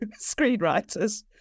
screenwriters